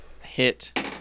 Hit